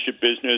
business